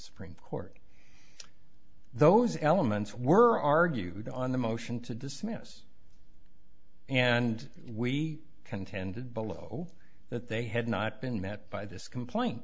supreme court those elements were argued on the motion to dismiss and we contended below that they had not been met by this complain